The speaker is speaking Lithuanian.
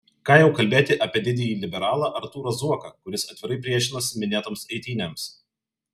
ką jau kalbėti apie didįjį liberalą artūrą zuoką kuris atvirai priešinosi minėtoms eitynėms